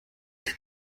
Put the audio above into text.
denn